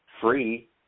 free